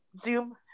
zoom